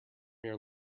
here